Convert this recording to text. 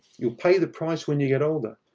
you'll pay the price when you get older.